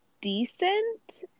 decent